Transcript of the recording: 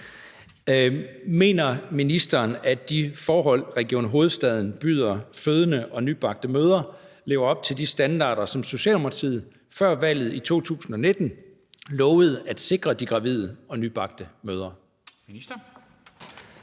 Mener ministeren, at de forhold, Region Hovedstaden byder fødende og nybagte mødre, lever op til de standarder, som Socialdemokratiet før valget i 2019 lovede at sikre de gravide og nybagte mødre?